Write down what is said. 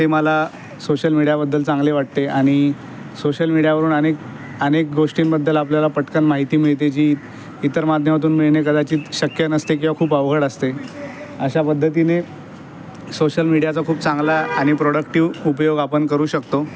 ते मला सोशल मिडीयाबद्दल चांगले वाटते आणि सोशल मिडीयावरून अनेक अनेक गोष्टींबद्दल आपल्याला पटकन माहिती मिळते जी इतर माध्यमातून मिळणे कदाचित शक्य नसते किंवा खूप अवघड असते अशा पद्धतीने सोशल मिडीयाचा खूप चांगला आणि प्रोडक्टीव उपयोग आपण करू शकतो